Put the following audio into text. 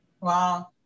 wow